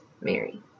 Mary